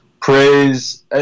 praise